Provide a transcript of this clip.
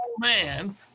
man